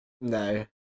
No